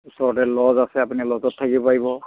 ওচৰতে লজ আছে আপুনি লজত থাকিব পাৰিব